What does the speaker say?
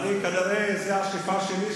כנראה זאת השאיפה שלי,